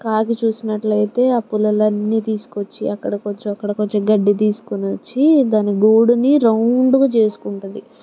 కాకి చూసినట్లు అయితే ఆ పుల్లలన్నీ తీసుకొచ్చి అక్కడ కొంచెం అక్కడ కొంచెం గడ్డి తీసుకొని వచ్చి దాన్ని గూడుని రౌండ్గా చేసుకుంటుంది